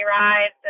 rides